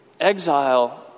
exile